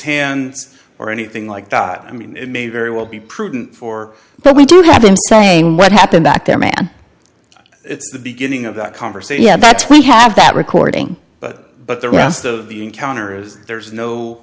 hands or anything like god i mean it may very well be prudent for but we do have him saying what happened that there man it's the beginning of that conversation that we have that recording but the rest of the encounter is there's no